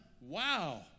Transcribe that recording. Wow